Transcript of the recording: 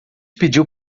pediu